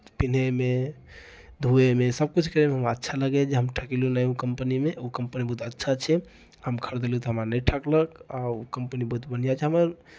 पिन्हयमे धोएमे सभकिछु करयमे हमरा अच्छा लगैए जे हम ठकेलहुँ नहि ओ कंपनीमे ओ कंपनी बहुत अच्छा छै हम खरीदलहुँ तऽ हमरा नहि ठकलक आ ओ कंपनी बहुत बढ़िआँ छै हमर